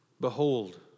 Behold